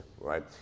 right